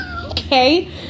Okay